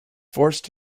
forced